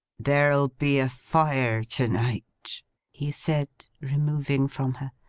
there'll be a fire to-night he said, removing from her.